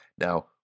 Now